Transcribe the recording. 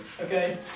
okay